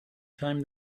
time